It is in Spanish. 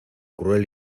cruel